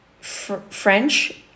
French